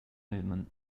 movement